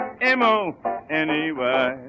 M-O-N-E-Y